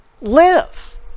live